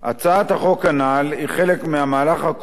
הצעת החוק הנ"ל היא חלק מהמהלך הכולל